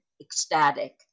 ecstatic